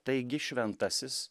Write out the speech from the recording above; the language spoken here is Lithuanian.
taigi šventasis